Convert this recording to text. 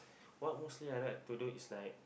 what mostly I like to do is like